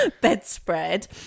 bedspread